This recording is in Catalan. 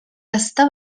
està